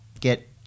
get